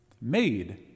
made